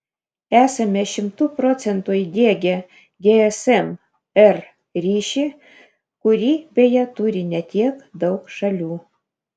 esame šimtu procentų įdiegę gsm r ryšį kurį beje turi ne tiek daug šalių